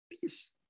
peace